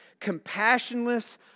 compassionless